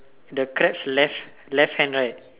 the crab left left hand right